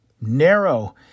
Narrow